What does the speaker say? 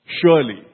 Surely